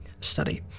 study